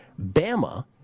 bama